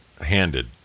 handed